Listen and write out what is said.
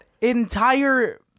entire